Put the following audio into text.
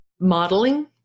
modeling